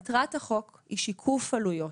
מטרת החוק היא שיקוף עלויות,